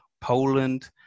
poland